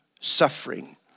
suffering